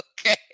okay